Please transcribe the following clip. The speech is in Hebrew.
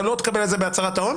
אתה לא תקבל על זה בהצהרת ההון.